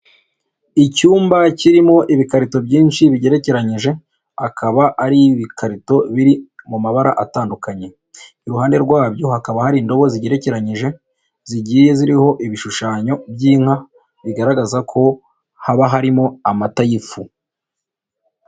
Icyumba kirimo ibikarito byinshi bigerekeranyije akaba ari ibikarito biri mu mabara atandukanye, iruhande rwabyo hakaba hari indobo zigerekeranyije zigiye ziriho ibishushanyo by'inka bigaragaza ko haba harimo amata y'ifu.